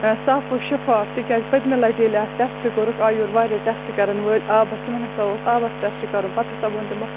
صاف و شِفاف تکیازِ پٔتۍمہِ لَٹہِ ییٚلہِ اتھ ٹیٚسٹ کوٚرُکھ آیہِ یور واریاہ ٹیٚسٹ کَران وٲلۍ آبَس یِمَن ہَسا اوس آبَس ٹیٚسٹ کَرُن پَتہٕ ہَسا ووٚن تِمو